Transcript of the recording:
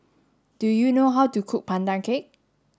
do you know how to cook Pandan cake